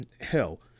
hell